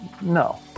No